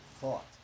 thought